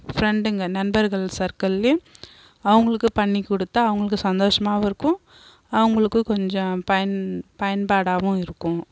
ஃபிரெண்டுங்கள் நண்பர்கள் சர்குல்லேயும் அவங்களுக்கு பண்ணி கொடுத்தா அவங்களுக்கு சந்தோஷமாகவும் இருக்கும் அவங்களுக்கு கொஞ்சம் பயன் பயன்பாடாகவும் இருக்கும்